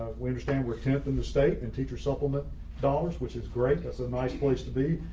we understand we're tenth in the state and teacher supplement dollars, which is great. that's a nice place to be.